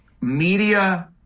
media